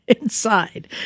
inside